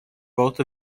both